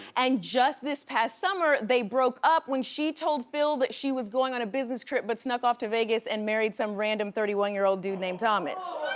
and just this past summer, they broke up. when she told phil that she was going on a business trip, but snuck off to vegas and married some random thirty one year old dude named thomas.